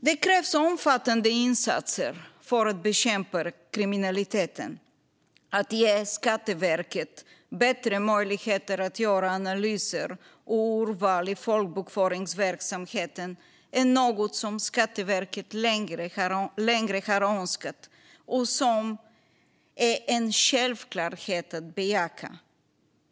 Det krävs omfattande insatser för att bekämpa kriminaliteten. Att ge Skatteverket bättre möjligheter att göra analyser och urval i folkbokföringsverksamheten är något som Skatteverket länge har önskat och som är en självklarhet att bejaka.